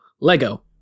Lego